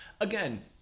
again